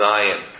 Zion